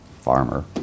farmer